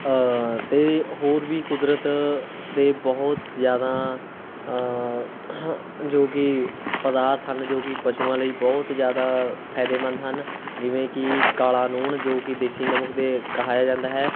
ਅਤੇ ਹੋਰ ਵੀ ਕੁਦਰਤ ਦੇ ਬਹੁਤ ਜ਼ਿਆਦਾ ਜੋ ਕਿ ਪਦਾਰਥ ਹਨ ਜੋ ਕਿ ਪਸ਼ੂਆਂ ਲਈ ਬਹੁਤ ਜ਼ਿਆਦਾ ਫਾਇਦੇਮੰਦ ਹਨ ਜਿਵੇਂ ਕਿ ਕਾਲਾ ਨੂਣ ਜੋ ਕਿ ਦੇਸੀ ਨਮਕ ਦੇ ਕਹਾਇਆ ਜਾਂਦਾ ਹੈ